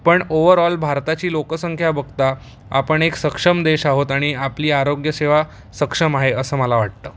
पण ओव्हरऑल भारताची लोकसंख्या बघता आपण एक सक्षम देश आहोत आणि आपली आरोग्यसेवा सक्षम आहे असं मला वाटतं